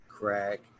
Crack